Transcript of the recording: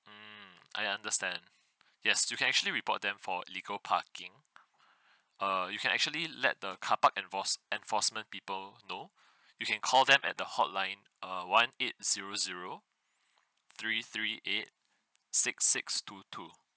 mm I understand yes you can actually report them for illegal parking err you can actually let the carpark enforce enforcement people know you can call them at the hotline err one eight zero zero three three eight six six two two